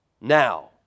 Now